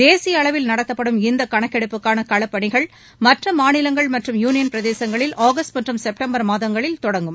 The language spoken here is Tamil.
தேசிய அளவில் நடத்தப்படும் இந்த கணக்கெடுப்புக்கான களப்பணிகள் மற்ற மாநிலங்கள் மற்றும் யூனியன் பிரதேசங்களில் ஆகஸ்ட் மற்றும் செப்டம்பர் மாதங்களில் தொடங்கும்